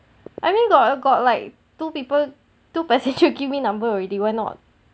I mean got got like two people two passenger give me number already why not